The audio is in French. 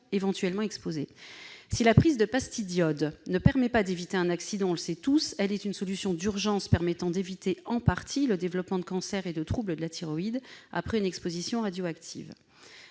éventuellement exposées. Si la prise de pastilles d'iode ne permet pas, on le sait, de parer à un accident, elle constitue une solution d'urgence permettant d'éviter en partie le développement de cancers et de troubles de la thyroïde après une exposition radioactive.